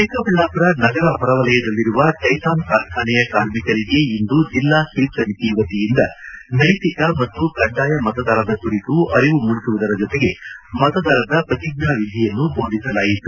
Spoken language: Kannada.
ಚಿಕ್ಕಬಳ್ಳಾಮರ ನಗರ ಹೊರವಲಯದಲ್ಲಿರುವ ಟೈಟಾನ್ ಕಾರ್ಖಾನೆಯ ಕಾರ್ಮಿಕರಿಗೆ ಇಂದು ಜಿಲ್ಲಾ ಸ್ವೀಪ್ ಸಮಿತಿ ವತಿಯಿಂದ ನೈತಿಕ ಮತ್ತು ಕಡ್ಡಾಯ ಮತದಾನದ ಕುರಿತು ಅರಿವು ಮೂಡಿಸುವುದರ ಜೊತೆಗೆ ಮತದಾನದ ಪ್ರತಿಜ್ಞಾ ವಿಧಿಯನ್ನು ಬೋಧಿಸಲಾಯಿತು